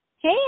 Hey